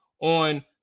on